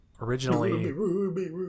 originally